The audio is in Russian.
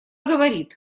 говорит